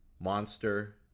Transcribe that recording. Monster